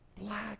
black